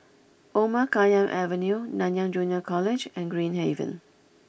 Omar Khayyam Avenue Nanyang Junior College and Green Haven